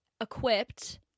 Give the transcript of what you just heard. equipped